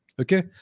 Okay